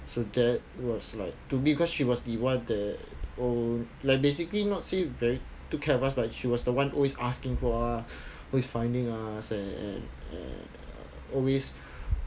so that was like to because she was the one the um like basically not say very took care of us but she was the one always asking for are always finding ah and always